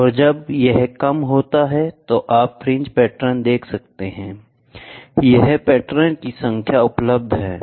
और जब यह कम होता है तो आप फ्रिंज पैटर्न देख सकते हैं यहां पैटर्न की संख्या उपलब्ध है